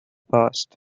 past